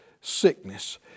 sickness